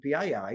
PII